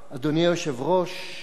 אדוני היושב-ראש,